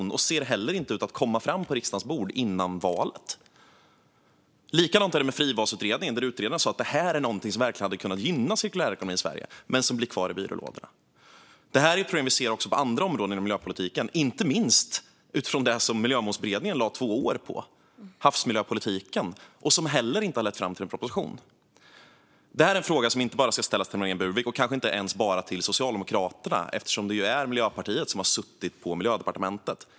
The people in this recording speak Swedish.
Någon sådan ser heller inte ut att komma på riksdagens bord före valet. Likadant är det med frivalsutredningen. Utredaren sa att det här är någonting som verkligen hade kunnat gynna cirkulär ekonomi i Sverige, men det blir kvar i byrålådorna. Detta är problem vi ser även på andra områden i miljöpolitiken. Miljömålsberedningen lade två år på havsmiljöpolitiken, men det har heller inte lett fram till någon proposition. Det här är en fråga som inte bara ska ställas till Marlene Burwick och kanske inte ens bara till Socialdemokraterna, eftersom det är Miljöpartiet som har suttit i Miljödepartementet.